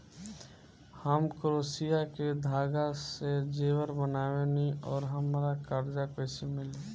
हम क्रोशिया के धागा से जेवर बनावेनी और हमरा कर्जा कइसे मिली?